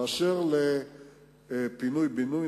אשר ל"פינוי בינוי",